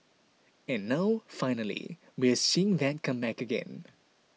and now finally we're seeing that come back again